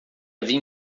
havia